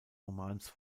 romans